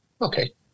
Okay